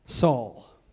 Saul